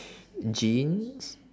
jeans